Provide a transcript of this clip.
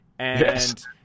Yes